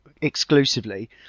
exclusively